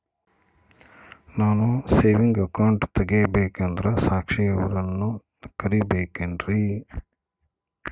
ನಾನು saving account ತೆಗಿಬೇಕಂದರ ಸಾಕ್ಷಿಯವರನ್ನು ಕರಿಬೇಕಿನ್ರಿ?